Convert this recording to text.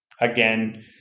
again